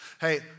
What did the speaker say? Hey